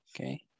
Okay